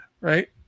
right